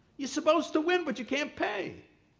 you're supposed to win but you can't pay.